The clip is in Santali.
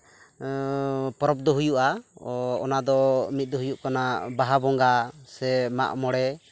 ᱯᱚᱨᱚᱵᱽ ᱫᱚ ᱦᱩᱭᱩᱜᱼᱟ ᱚᱱᱟ ᱫᱚ ᱢᱤᱫ ᱫᱚ ᱦᱩᱭᱩᱜ ᱠᱟᱱᱟ ᱵᱟᱦᱟ ᱵᱚᱸᱜᱟ ᱥᱮ ᱢᱟᱜ ᱢᱚᱬᱮ